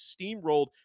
steamrolled